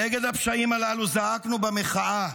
נגד הפשעים הללו זעקנו במחאה.